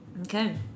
Okay